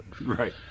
Right